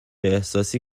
احساسی